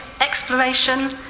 exploration